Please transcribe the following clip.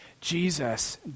Jesus